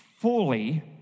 fully